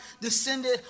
descended